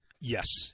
yes